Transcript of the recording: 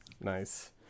Nice